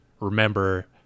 remember